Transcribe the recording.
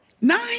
nine